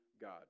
God